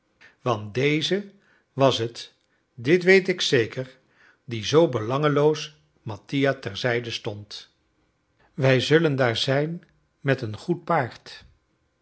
want deze was het dit weet ik zeker die zoo belangloos mattia terzijde stond wij zullen daar zijn met een goed paard